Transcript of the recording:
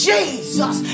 Jesus